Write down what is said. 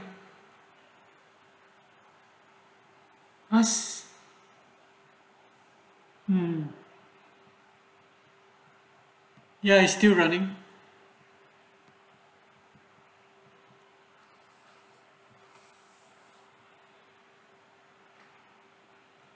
ask mm ya is still running